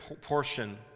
portion